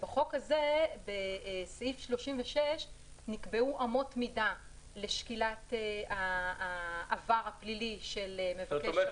בחוק הזה בסעיף 36 נקבעו אמות מידה לשקילת העבר הפלילי של מבקש הרישיון.